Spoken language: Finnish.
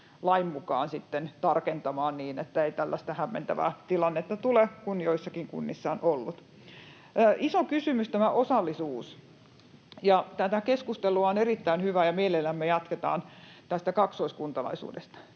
lain mukaan sitten tarkentamaan niitä niin, ettei tällaista hämmentävää tilannetta tule, mikä joissakin kunnissa on ollut. Iso kysymys on tämä osallisuus. Tämä keskustelu on erittäin hyvä, ja mielellämme jatkamme tästä kaksoiskuntalaisuudesta.